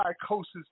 psychosis